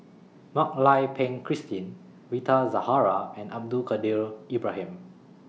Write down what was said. Mak Lai Peng Christine Rita Zahara and Abdul Kadir Ibrahim